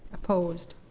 opposed?